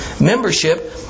membership